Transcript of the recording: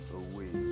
away